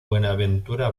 buenaventura